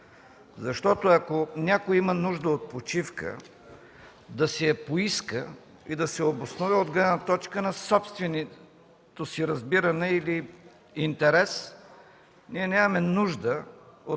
защото, ако някой има нужда от почивка, да си я поиска и да се обоснове от гледна точка на собственото си разбиране или интерес. Ние нямаме нужда от